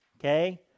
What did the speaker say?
Okay